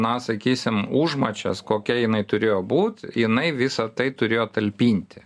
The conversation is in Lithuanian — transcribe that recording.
na sakysim užmačias kokia jinai turėjo būt jinai visą tai turėjo talpinti